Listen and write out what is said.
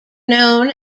known